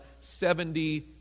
seventy